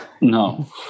No